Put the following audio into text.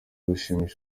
gushimira